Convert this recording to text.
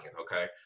okay